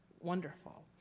wonderful